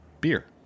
beer